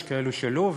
יש כאלו שלא,